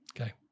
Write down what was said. Okay